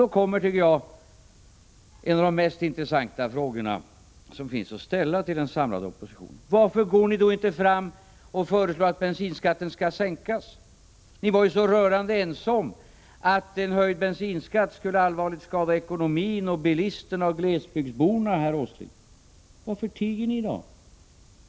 Då uppstår, tycker jag, en av de mest intressanta frågorna som finns att ställa till en samlad opposition: Varför föreslår ni inte att bensinskatten skall sänkas? Ni var så rörande ense om att en höjd bensinskatt skulle allvarligt skada ekonomin, bilisterna och glesbygdsborna, herr Åsling. Varför tiger ni i dag?